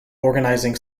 organizing